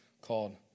called